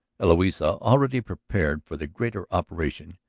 eloisa, already prepared for the greater operation,